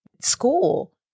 school